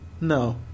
No